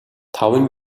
таван